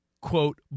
quote